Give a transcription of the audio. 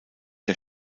der